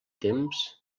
temps